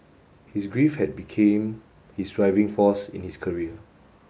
his grief had became his driving force in this career